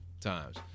times